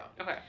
Okay